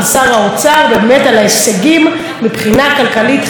על ההישגים מבחינה חברתית-כלכלית במדינה,